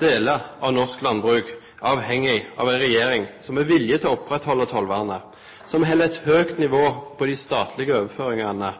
deler av norsk landbruk er avhengig av en regjering som har vilje til å opprettholde tollvernet, som holder et høyt nivå på de statlige overføringene,